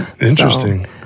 Interesting